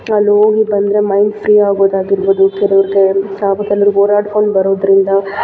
ಅಲ್ಲಿ ಹೋಗಿ ಬಂದರೆ ಮೈಂಡ್ ಫ್ರೀ ಆಗೋದಾಗಿರ್ಬೋದು ಕೆಲವ್ರಿಗೆ ಓಡಾಡ್ಕೊಂಡು ಬರೋದ್ರಿಂದ